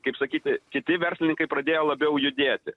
kaip sakyti kiti verslininkai pradėjo labiau judėti